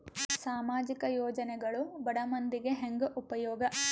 ಸಾಮಾಜಿಕ ಯೋಜನೆಗಳು ಬಡ ಮಂದಿಗೆ ಹೆಂಗ್ ಉಪಯೋಗ?